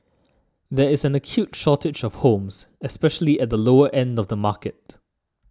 there is an acute shortage of homes especially at the lower end of the market